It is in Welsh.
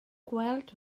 gweld